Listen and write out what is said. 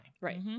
right